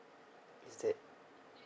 instead